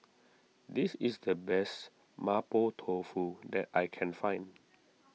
this is the best Mapo Tofu that I can find